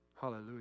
Hallelujah